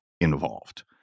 involved